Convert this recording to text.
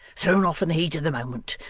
thrown off in the heat of the moment,